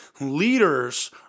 Leaders